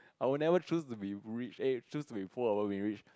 I will never choose to be rich eh choose to be poor over being rich